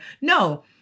No